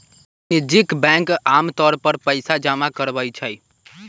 वाणिज्यिक बैंक आमतौर पर पइसा जमा करवई छई